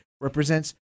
represents